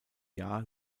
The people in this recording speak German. jahr